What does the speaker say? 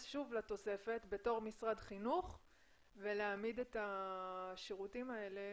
שוב לתוספת כמשרד חינוך ולהעמיד את השירותים האלה